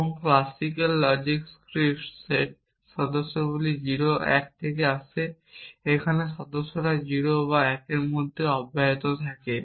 এবং classical logic crisp set যেগুলির সদস্যপদ হয় 0 1 থেকে আসে এখানে সদস্যতা 0 থেকে 1 এর মধ্যে অব্যাহত থাকে